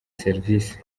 serivisi